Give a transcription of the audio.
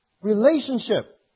relationship